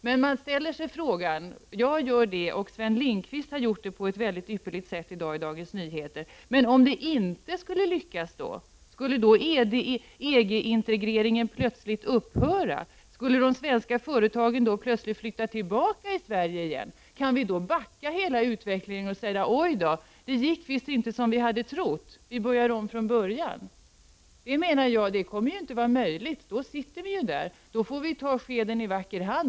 Men man ställer sig frågan — jag gör det och Sven Lindqvist har gjort det på ett ypperligt sätt i Dagens Nyheter i dag — hur det går om det inte skulle lyckas. Skulle då EG-integreringen plötsligt upphöra? Skulle de svenska företagen plötsligt flytta tillbaka till Sverige igen? Kan vi då backa hela utvecklingen och säga: Oj då, det gick visst inte som vi hade trott. Vi börjar om från början. Det menar jag inte kommer att vara möjligt. Då sitter vi där. Då får vi ta skeden i vacker hand.